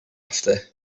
after